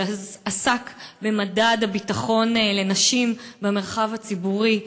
שעסק במדד הביטחון לנשים במרחב הציבורי.